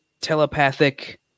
telepathic